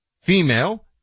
female